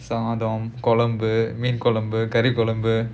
சாதம் குழம்பு மீன் குழம்பு கறி குழம்பு:saadham kulambu meen kulambu kari kulambu